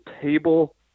table—